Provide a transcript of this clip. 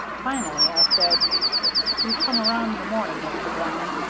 finally i said you come around in the morning, mr. brown.